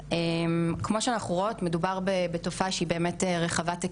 מדובר באמת בכל אמצעי טכנולוגי באשר הוא,